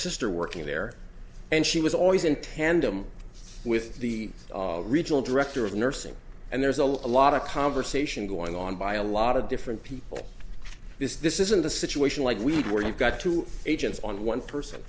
sister working there and she was always in tandem with the regional director of nursing and there's a lot of conversation going on by a lot of different people this this isn't a situation like we need where you've got two agents on one person